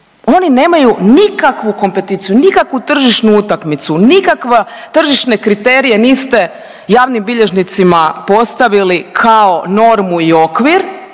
Oni nemaju nikakvu kompeticiju, nikakvu tržišnu utakmicu, nikakve tržišne kriterije niste javnim bilježnicima postavili kao normu i okvir.